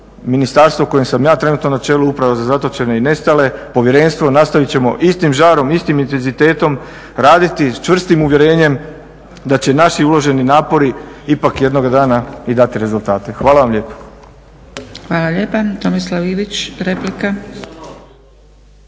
ministarstvo kojem sam ja trenutno na čelu, upravo za zatočene i nestalo, povjerenstvo nastavit ćemo istim žarom, istim intenzitetom raditi s čvrstim uvjerenjem da će naši uloženi napori ipak jednoga dana i dati rezultate. Hvala vam lijepa. **Zgrebec, Dragica (SDP)** Hvala lijepa. Tomislav Ivić, replika.